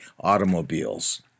automobiles